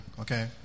Okay